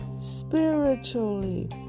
spiritually